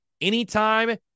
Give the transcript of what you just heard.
anytime